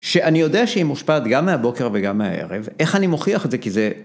שאני יודע שהיא מושפעת גם מהבוקר וגם מהערב, איך אני מוכיח את זה? כי זה...